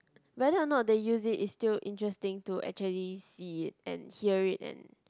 whether or not they use it it's still interesting to actually see it and hear it and